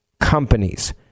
companies